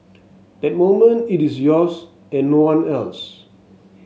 that moment it is yours and no one else